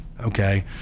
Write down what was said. Okay